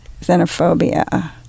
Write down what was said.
xenophobia